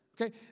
Okay